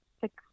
six